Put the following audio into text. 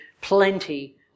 plenty